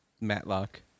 matlock